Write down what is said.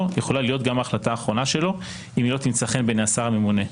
יכולה להיות גם ההחלטה האחרונה שלו אם היא לא תמצא חן בעיני השר הממונה.